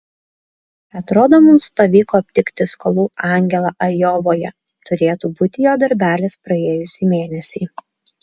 atrodo mums pavyko aptikti skolų angelą ajovoje turėtų būti jo darbelis praėjusį mėnesį